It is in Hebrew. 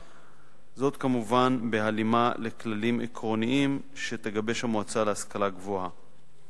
זאת כמובן בהלימה לכללים עקרוניים שתגבש המועצה להשכלה גבוהה.